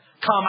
come